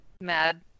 mad